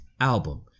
album